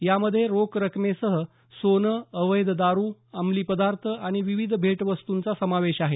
यामध्ये रोख रक्कमेसह सोनं अवैध दारू अंमली पदार्थ आणि विविध भेटवस्तूंचा समावेश आहे